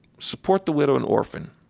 support the widow and orphan,